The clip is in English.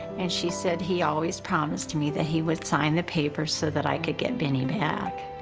and she said, he always promised me that he would sign the papers so that i could get benny back.